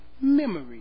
memory